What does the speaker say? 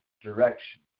direction